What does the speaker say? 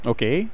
Okay